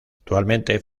actualmente